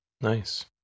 Nice